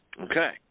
Okay